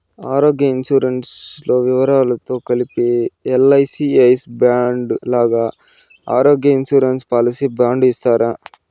ఆరోగ్య ఇన్సూరెన్సు లో వివరాలతో కలిపి ఎల్.ఐ.సి ఐ సి బాండు లాగా ఆరోగ్య ఇన్సూరెన్సు పాలసీ బాండు ఇస్తారా?